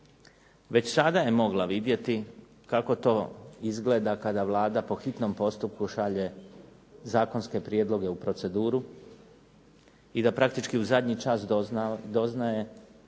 Već sada je mogla vidjeti kako to izgleda kad Vlada po hitnom postupku šalje zakonske prijedloge u proceduru i da praktički u zadnji čas doznaje